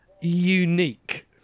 unique